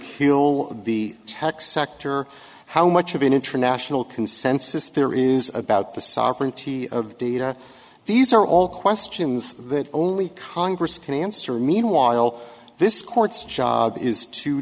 kill the tech sector how much of an international consensus there is about the sovereignty of data these are all questions that only congress can answer meanwhile this court's job is to